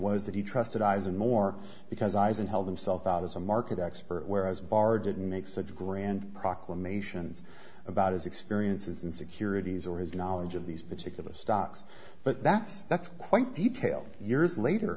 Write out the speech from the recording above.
was that he trusted eyes and more because eyes and held himself out as a market expert whereas barr didn't make such a grand proclamations about his experiences in securities or his knowledge of these particular stocks but that's that's quite detail years later